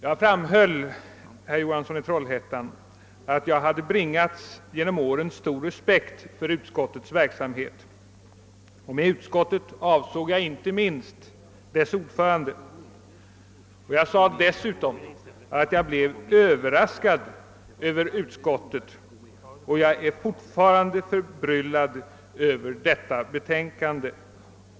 Jag framhöll, herr Johansson i Trollhättan, att jag genom åren hade bibringats stor respekt för bevillningsutskottets verksamhet. Med utskottet avsåg jag inte minst dess ordförande. Jag sade dessutom att jag blev överraskad över utskottets ställningstagande, och jag är fortfarande förbryllad över detta betänkande.